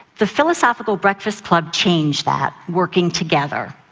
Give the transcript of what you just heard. the philosophical breakfast club changed that, working together.